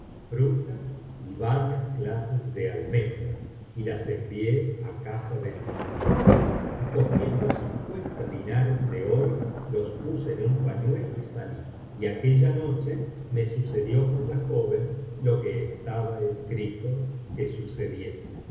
frutas y varias clases de almendras y las envié á casa de mi amada y cogiendo cincuenta dinares de oro los puse en un pañuelo y salí y aquella noche me sucedió con la joven lo que estaba escrito que sucediese